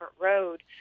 road